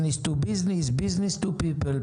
to business ; business to people ,